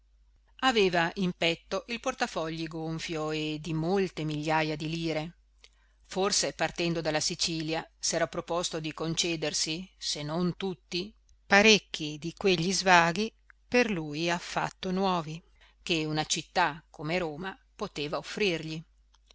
aveva in petto il portafogli gonfio di molte migliaja d lire forse partendo dalla sicilia s'era proposto di con cedersi se non tutti parecchi di quegli svaghi per lui affatto nuovi che una città come roma poteva offrirgli